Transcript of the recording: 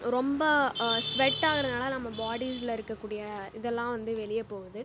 ரொம்ப ஸ்வெட் ஆகிறதுனால நம்ப பாடிஸில் இருக்கக்கூடிய இதெல்லாம் வந்து வெளியே போகுது